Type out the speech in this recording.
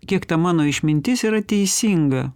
kiek ta mano išmintis yra teisinga